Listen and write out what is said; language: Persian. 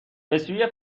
بسوی